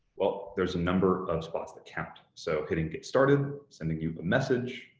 well, there's a number of spots that count, so hitting get started, sending you the message,